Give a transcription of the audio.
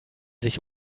sich